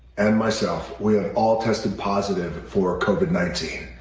and myself, we have all tested positive for covid nineteen.